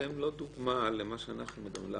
אתם לא דוגמה למה שאנחנו מדברים,